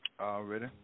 Already